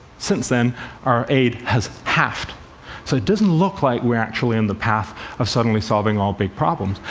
since then our aid has halved. so it doesn't look like we're actually on the path of suddenly solving all big problems.